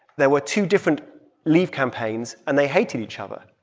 there were two different leave campaigns, and they hated each other.